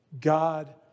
God